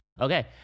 Okay